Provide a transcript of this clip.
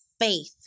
faith